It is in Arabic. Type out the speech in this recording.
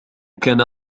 كان